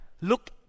look